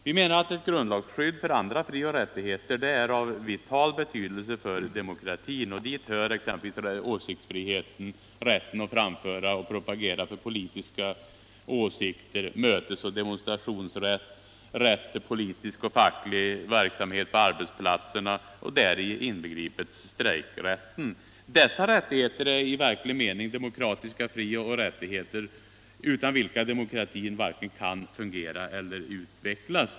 Vi menar att ett grundlagsskydd för andra frioch rättigheter är av vital betydelse för demokratin, och dit hör exempelvis åsiktsfriheten, rätten att framföra och propagera för politiska åsikter, mötesoch demonstrationsrätt samt rätt till politisk och facklig verksamhet på arbetsplatsen, däri inbegripet strejkrätten. Dessa rättigheter är i verklig mening demokratiska frioch rättigheter utan vilka demokratin varken kan fungera eller utvecklas.